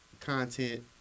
content